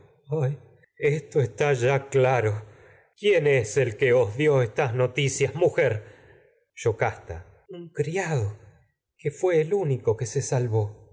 ay esto está ya quién es el que os dió estas noticias mujer criado que yocasta un edipo fué el único que se salvó